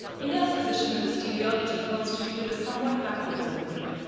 india's position in this teleology constituted a somewhat backwards movement.